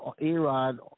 A-Rod